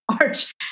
arch